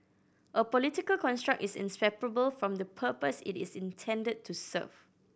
a political construct is inseparable from the purpose it is intended to serve